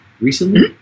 recently